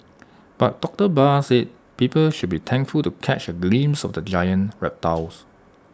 but doctor Barr said people should be thankful to catch A glimpse of the giant reptiles